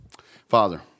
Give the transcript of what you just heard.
Father